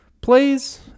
Please